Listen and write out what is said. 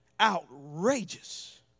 Outrageous